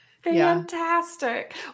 Fantastic